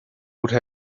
would